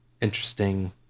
interesting